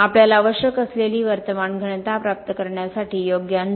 आपल्याला आवश्यक असलेली वर्तमान घनता प्राप्त करण्यासाठी योग्य अंतर